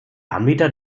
anbieter